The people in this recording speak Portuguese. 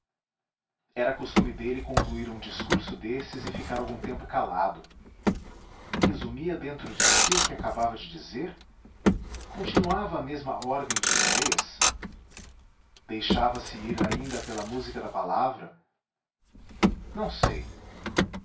era costume dele concluir um discurso desses e ficar algum tempo calado resumia dentro de si o que acabava de dizer continuava a mesma ordem de idéias deixava-se ir ainda pela música da palavra não sei